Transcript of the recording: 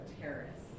terrorists